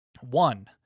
One